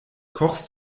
kochst